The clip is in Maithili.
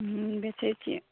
हँ बेचै छी